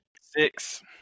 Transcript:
Six